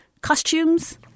costumes